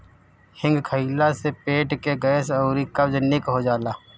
हिंग खइला से पेट के गैस अउरी कब्ज निक हो जाला